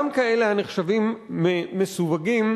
גם כאלה הנחשבים מסווגים,